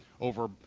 over